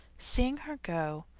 seeing her go